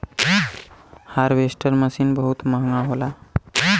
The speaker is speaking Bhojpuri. हारवेस्टर मसीन बहुत महंगा होला